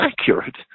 accurate